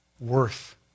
worth